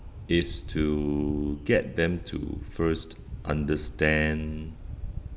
is to get them to first understand